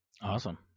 Awesome